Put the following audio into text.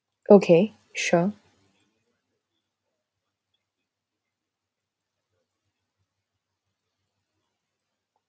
okay sure